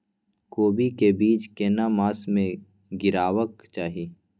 कोबी के बीज केना मास में गीरावक चाही?